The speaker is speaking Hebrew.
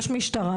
יש משטרה,